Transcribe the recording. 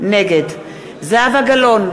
נגד זהבה גלאון,